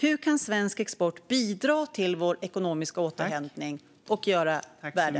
Hur kan svensk export bidra till vår ekonomiska återhämtning och göra världen bättre?